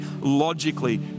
logically